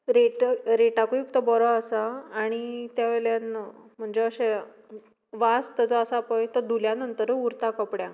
rate रेटाकूय तो बरो आसा आनी तेचे वेल्यान म्हणजे अशें वास ताचो आसा पळय तो धुल्या नंतरूय उरता कपड्यांक